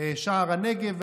שער הנגב,